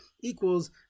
equals